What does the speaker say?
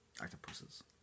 Octopuses